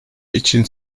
için